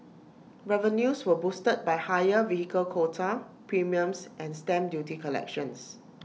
revenues were boosted by higher vehicle quota premiums and stamp duty collections